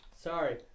Sorry